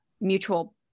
mutual